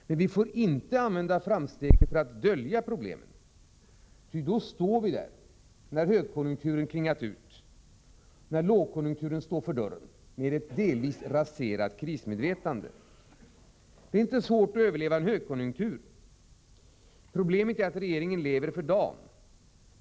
Men vi får inte använda framstegen för att dölja problem, ty då står vi där, när högkonjunkturen klingat ut och lågkonjunkturen står för dörren, med ett delvis raserat krismedvetande. Det är inte svårt att överleva en högkonjunktur. Problemet är att regeringen lever för dagen.